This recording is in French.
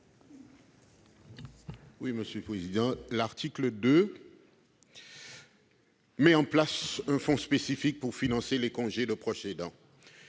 Guillaume Arnell. L'article 2 met en place un fonds spécifique pour financer le congé de proche aidant.